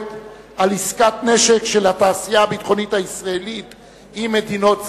בתקשורת על עסקת נשק של התעשייה הביטחונית הישראלית עם מדינות זרות.